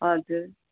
हजुर